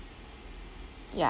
ya